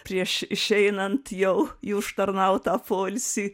prieš išeinant jau į užtarnautą poilsį